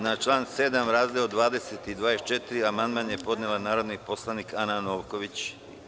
Na član 7. razdeo 20 i 24 amandman je podnela narodni poslanik Ana Novković.